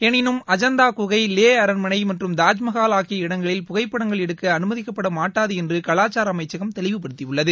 எனினும் அஜந்தா குகை லே அரண்மனை மற்றும் தாஜ்மஹால் ஆகிய இடங்களில் புகைப்படங்கள் எடுக்க அனுமதிக்கப்படமாட்டாது என்று கலாச்சார அமைச்சகம் தெளிவுப்படுத்தியுள்ளது